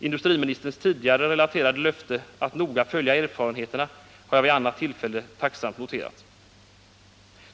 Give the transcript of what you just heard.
Industriministerns tidigare relaterade löfte att noga följa erfarenheterna har jag vid annat tillfälle tacksamt noterat.